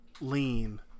Lean